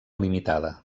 limitada